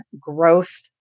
growth